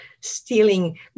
stealing